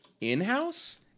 in-house